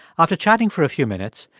after chatting for a few minutes,